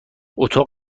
اتاق